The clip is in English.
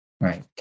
right